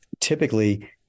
typically